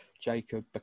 Jacob